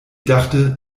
dachte